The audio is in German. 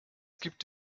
gibt